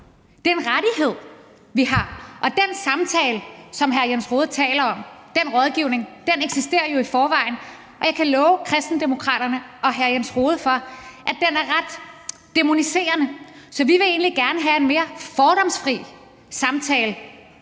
Det er en rettighed, vi har, og den samtale, som hr. Jens Rohde taler om, den rådgivning, eksisterer jo i forvejen. Og jeg kan love Kristendemokraterne og hr. Jens Rohde, at den er ret dæmoniserende, så vi vil egentlig gerne have en mere fordomsfri samtale